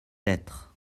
lettres